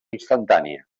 instantània